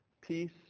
peace